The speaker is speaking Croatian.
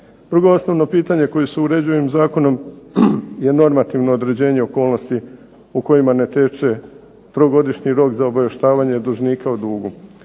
Drugo osnovno pitanje koje se uređuje ovim zakonom je normativno određenje okolnosti u kojima ne teče trogodišnji rok za obavještavanje dužnika o dugu.